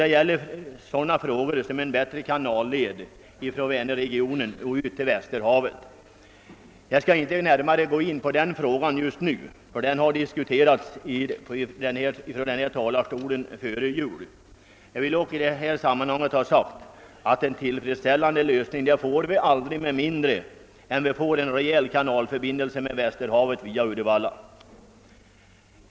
Det gäller bl.a. sådana frågor som en bättre kanalled från Vänerregionen till Västerhavet. Jag skall inte gå närmare in på den frågan just nu — den diskuterades från denna talarstol före jul. Jag vill dock i detta sammanhang framhålla att en tillfredsställande lösning får vi aldrig med mindre än att det skapas en ordentlig kanalförbindelse med Västerhavet via Uddevalla.